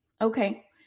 okay